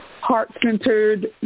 heart-centered